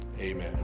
Amen